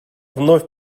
вновь